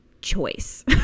choice